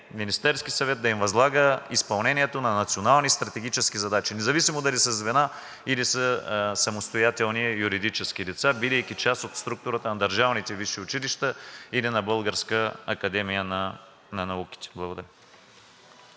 Министерският съвет да им възлага изпълнението на национални стратегически задачи, независимо дали са звена, или са самостоятелни юридически лица, бидейки част от структурата на държавните висши училища или на Българската академия на науките. Благодаря.